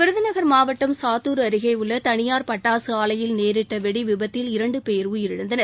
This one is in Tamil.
விருதுநகர் மாவட்டம் சாத்தூர் அருகே உள்ள தனியார் பட்டாசு ஆலையில் இன்று நேரிட்ட வெடி விபத்தில் இரண்டு பேர் உயிரிழந்தனர்